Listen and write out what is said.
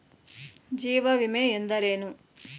ಜೀವ ವಿಮೆ ಎಂದರೇನು?